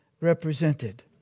represented